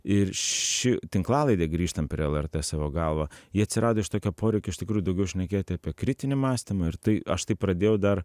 ir ši tinklalaidė grįžtam prie lrt savo galva ji atsirado iš tokio poreikio iš tikrųjų daugiau šnekėti apie kritinį mąstymą ir tai aš tai pradėjau dar